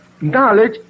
knowledge